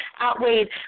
outweighed